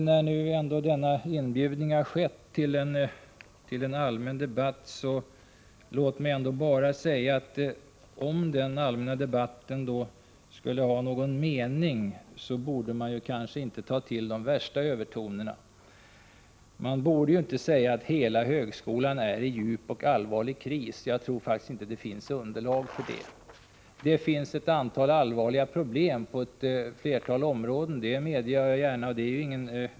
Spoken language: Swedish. När nu ändå denna inbjudan till en allmän debatt har avgivits vill jag säga att man för att ge någon mening åt denna kanske inte bör ta till de värsta övertonerna. Man borde inte säga att hela högskolan är i djup och allvarlig kris. Jag tror faktiskt inte att det finns underlag för detta. Det finns ett antal allvarliga problem på flera områden — det medger jag gärna.